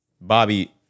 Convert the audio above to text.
Bobby